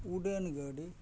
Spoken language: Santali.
ᱩᱰᱟᱹᱱ ᱜᱟᱹᱰᱤ